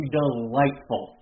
delightful